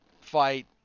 fight